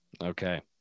Okay